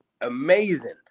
amazing